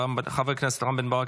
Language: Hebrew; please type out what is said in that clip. חבר הכנסת רם בן ברק,